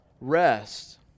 rest